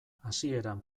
hasieran